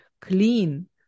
clean